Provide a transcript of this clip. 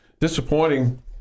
disappointing